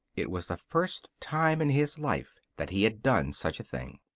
it was the first time in his life that he had done such a thing.